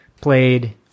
played